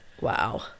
Wow